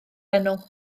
enw